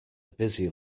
busy